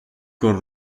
col